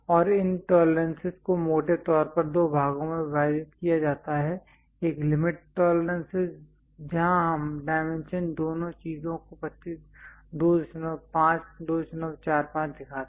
और इन टॉलरेंसेस को मोटे तौर पर दो भागों में विभाजित किया जाता है एक लिमिट टॉलरेंसेस है जहां हम डायमेंशन दोनों चीजों को 25 245 दिखाते हैं